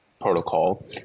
protocol